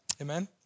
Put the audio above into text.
amen